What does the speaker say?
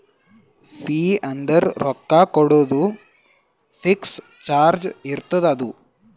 fee ಅಂದುರ್ ರೊಕ್ಕಾ ಕೊಡೋದು ಫಿಕ್ಸ್ ಚಾರ್ಜ್ ಇರ್ತುದ್ ಅದು